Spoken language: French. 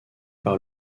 par